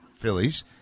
Phillies